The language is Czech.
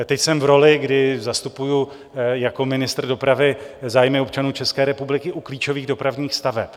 Teď jsem v roli, kdy zastupuji jako ministr dopravy zájmy občanů České republiky u klíčových dopravních staveb.